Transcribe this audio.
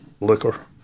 liquor